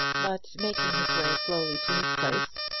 but making his way slowly to his place,